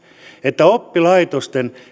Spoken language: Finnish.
että oppilaitosten